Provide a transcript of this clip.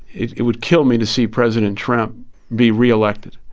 it it would kill me to see president trump be re-elected.